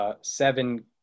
seven